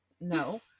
no